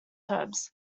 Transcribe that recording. herbs